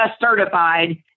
certified